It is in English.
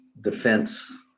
defense